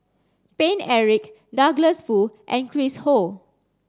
Paine Eric Douglas Foo and Chris Ho